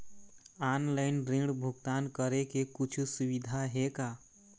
Online ऋण भुगतान करे के कुछू सुविधा हे का?